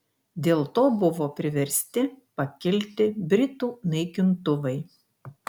dėl to buvo priversti pakilti britų naikintuvai